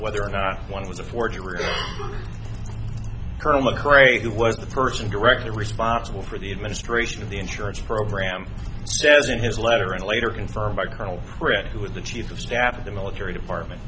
whether or not one was a forgery colonel mcrae who was the person directly responsible for the administration of the insurance program says in his letter and later confirmed by colonel crick who was the chief of staff of the military department